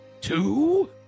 two